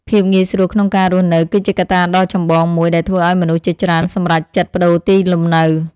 ភាពងាយស្រួលក្នុងការរស់នៅ គឺជាកត្តាដ៏ចម្បងមួយដែលធ្វើឱ្យមនុស្សជាច្រើនសម្រេចចិត្តប្តូរទីលំនៅ។